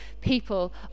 people